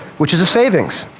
which is a savings.